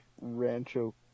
Rancho